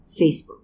Facebook